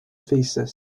thesis